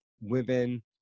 women